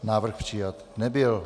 Návrh přijat nebyl.